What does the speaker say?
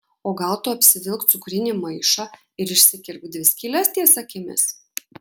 o gal tu apsivilk cukrinį maišą ir išsikirpk dvi skyles ties akimis